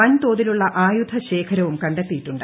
വൻ തോതിലുള്ള ആയുധശേഖരവും കണ്ടെത്തിയിട്ടുണ്ട്